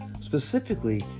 specifically